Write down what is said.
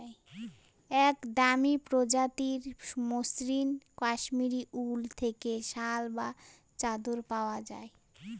এক দামি প্রজাতির মসৃন কাশ্মীরি উল থেকে শাল বা চাদর পাওয়া যায়